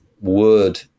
word